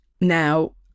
now